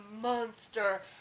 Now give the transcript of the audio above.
monster